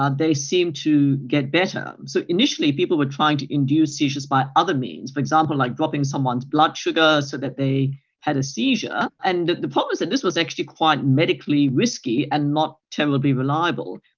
ah they seemed to get better. so initially people were trying to induce seizures by other means. for example, like dropping someone's blood sugar so that they had a seizure. and the problem is this was actually quite medically risky and not terribly reliable.